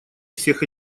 всех